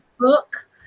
Book